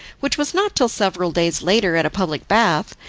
which was not till several days later at a public bath,